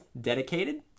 dedicated